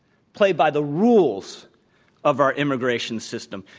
play by the rules of our immigration system,